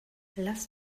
lass